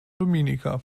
dominica